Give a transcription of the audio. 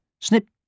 Snip